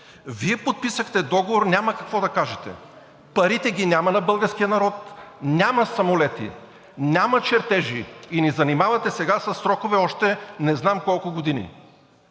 какво да кажем!“) Няма какво да кажете! Парите ги няма на българския народ, няма самолети, няма чертежи и ни занимавате сега със срокове още не знам колко години.